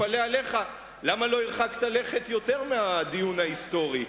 למה לא הרחקת לכת יותר מהדיון ההיסטורי?